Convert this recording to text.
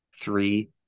Three